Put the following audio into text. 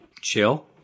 chill